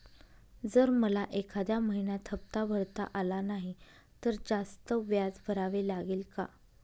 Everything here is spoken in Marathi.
जर मला एखाद्या महिन्यात हफ्ता भरता आला नाही तर जास्त व्याज भरावे लागेल का?